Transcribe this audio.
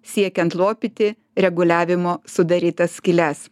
siekiant lopyti reguliavimo sudarytas skyles